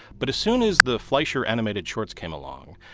but as soon as the fleischer animated shorts came along,